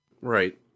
Right